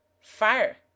Fire